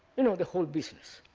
you know, the whole business.